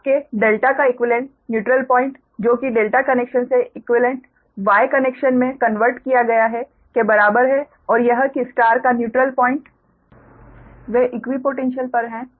तो कि आपके ∆ का इक्वीवेलेंट न्यूट्रल पॉइंट जो की ∆ कनेक्शन से इक्वीवेलेंट Y कनेक्शन मे कन्वर्ट किया गया है के बराबर है और यह कि स्टार का न्यूट्रल बिंदु वे इक्वीपोटैन्श्यल पर हैं